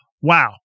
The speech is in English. wow